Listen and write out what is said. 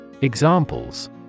Examples